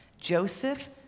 Joseph